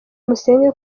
musenge